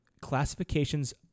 classifications